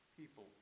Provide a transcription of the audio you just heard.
people